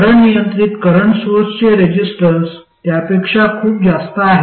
current नियंत्रित current सोर्सचे resistance त्यापेक्षा खूप जास्त आहे